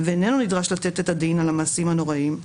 ואיננו נדרש לתת את הדין על המעשים הנוראיים,